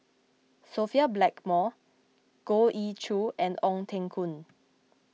Sophia Blackmore Goh Ee Choo and Ong Teng Koon